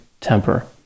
temper